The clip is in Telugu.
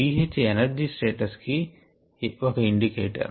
pH ఎనర్జీ స్టేటస్ కి ఒక ఇండికేటర్